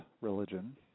religion